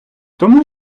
тому